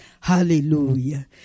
Hallelujah